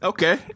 Okay